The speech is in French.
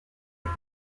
est